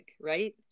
right